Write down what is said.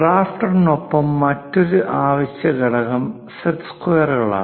ഡ്രാഫ്റ്ററിനൊപ്പം മറ്റൊരു അവശ്യ ഘടകം സെറ്റ് സ്ക്വയറുകളാണ്